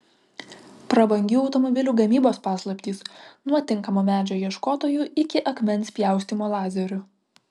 prabangių automobilių gamybos paslaptys nuo tinkamo medžio ieškotojų iki akmens pjaustymo lazeriu